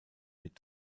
mit